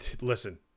listen